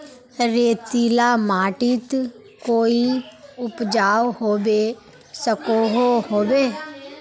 रेतीला माटित कोई उपजाऊ होबे सकोहो होबे?